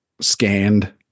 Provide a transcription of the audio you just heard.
scanned